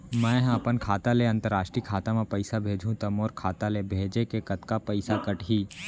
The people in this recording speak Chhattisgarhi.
मै ह अपन खाता ले, अंतरराष्ट्रीय खाता मा पइसा भेजहु त मोर खाता ले, भेजे के कतका पइसा कटही?